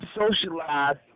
socialize